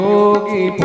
Yogi